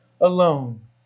alone